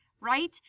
right